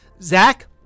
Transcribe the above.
Zach